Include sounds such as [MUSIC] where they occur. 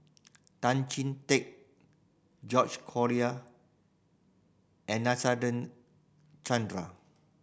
Tan Chee Teck George Collyer and [UNINTELLIGIBLE] Chandra